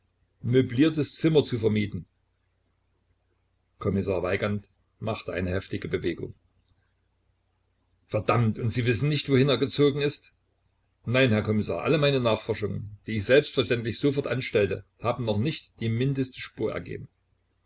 möbliertes zimmer zu vermieten kommissar weigand machte eine heftige bewegung verdammt und sie wissen nicht wohin er gezogen ist nein herr kommissar alle meine nachforschungen die ich selbstverständlich sofort anstellte haben noch nicht die mindeste spur ergeben